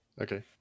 Okay